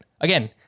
Again